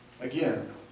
again